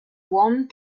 one